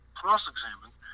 cross-examined